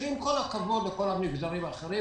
שעם כל הכבוד לכל המגזרים האחרים,